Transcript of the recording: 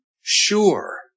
sure